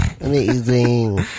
Amazing